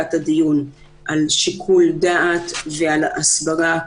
בתחילת הדיון על שיקול דעת ועל ההסברה.